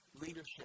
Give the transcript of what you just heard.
leadership